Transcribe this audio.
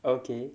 okay